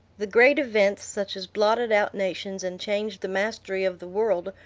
the great events, such as blotted out nations and changed the mastery of the world,